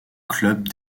clube